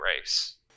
race